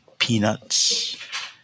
Peanuts